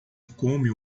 come